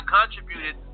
contributed